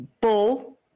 bull